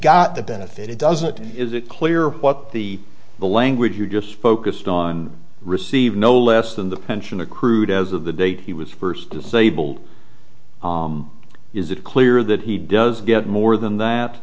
got the benefit it doesn't is it clear what the the language you're just focused on receive no less than the pension accrued as of the date he was first disabled is it clear that he does get more than that